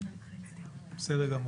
בסדר גמור.